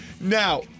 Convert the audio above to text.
Now